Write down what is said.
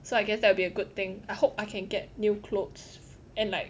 so I guess that will be a good thing I hope I can get new clothes and like